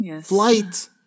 flight